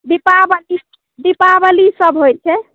दीपावली दीपावलीसभ होइत छै